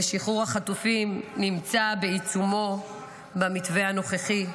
ושחרור החטופים נמצא בעיצומו במתווה הנוכחי,